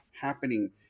happening